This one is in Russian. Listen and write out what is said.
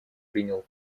принял